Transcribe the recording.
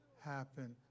happen